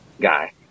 guy